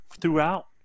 throughout